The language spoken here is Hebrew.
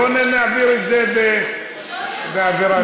בואו נעביר את זה באווירה טובה.